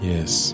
Yes